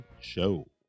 show